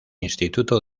instituto